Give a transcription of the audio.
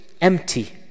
empty